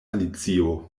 alicio